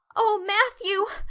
oh, matthew!